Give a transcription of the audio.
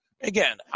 Again